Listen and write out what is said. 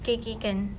okay okay can